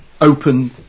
open